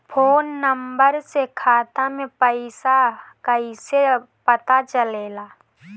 Phone number से खाता के पइसा कईसे पता चलेला?